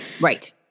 right